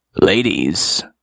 Ladies